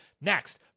Next